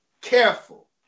careful